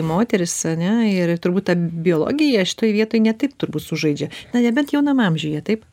moterys ane ir turbūt ta biologija šitoj vietoj ne taip turbūt sužaidžia na nebent jaunam amžiuje taip